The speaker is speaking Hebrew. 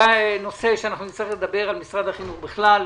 זה נושא שאנחנו נצטרך לדבר על משרד החינוך בכלל,